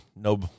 No